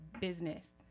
business